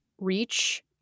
reach